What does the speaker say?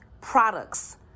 products